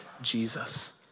Jesus